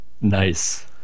Nice